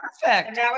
perfect